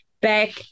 back